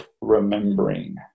remembering